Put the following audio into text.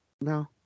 No